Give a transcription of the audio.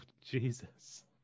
jesus